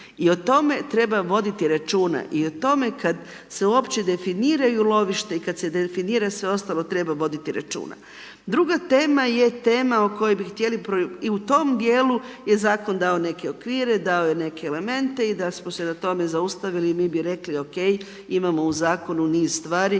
i o tome treba voditi računa i o tome kad se uopće definiraju lovišta i kad se definira sve ostalo treba voditi računa. Druga tema je tema o kojoj bi htjela, i u tom dijelu je zakon dao neke okvire, dao je neke elemente i da smo se na tome zaustavili mi bi rekli ok, imamo u Zakonu niz stvari